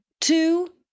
two